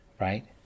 Right